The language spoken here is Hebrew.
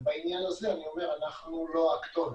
בעניין הזה אני אומר שאנחנו לא הכתובת.